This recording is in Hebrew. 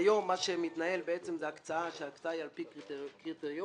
כיום מה שמתנהל הוא הקצאה על פי קריטריונים,